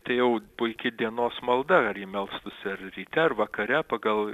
tai jau puiki dienos malda ar ji melstųsi ar ryte ar vakare pagal